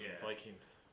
Vikings